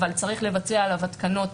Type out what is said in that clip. אבל צריך לבצע עליו התקנות